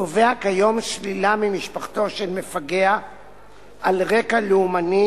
קובע כיום שלילה ממשפחתו של מפגע על רקע לאומני